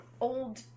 old